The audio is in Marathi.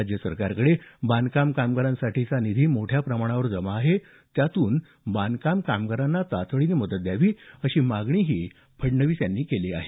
राज्यसरकारकडे बांधकाम कामगारासाठीचा निधी मोठ्या प्रमाणावर जमा आहे त्यातून बांधकाम कामगारांना तातडीनं मदत द्यावी अशी मागणीही फडणवीस यांनी केली आहे